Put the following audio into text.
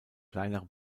kleinere